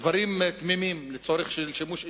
דברים תמימים לצורך שימוש אישי.